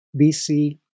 BC